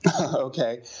Okay